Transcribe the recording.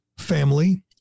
Family